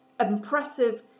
impressive